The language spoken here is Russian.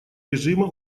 режима